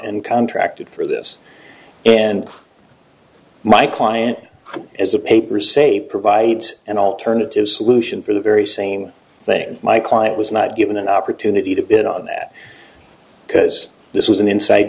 and contracted for this and my client is a paper say provides an alternative solution for the very same thing my client was not given an opportunity to bid on that because this was an inside